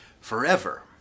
forever